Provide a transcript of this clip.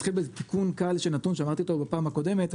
אתחיל באיזה תיקון קל של נתון שאמרתי אותו בפעם הקודמת,